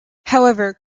however